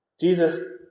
Jesus